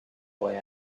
boy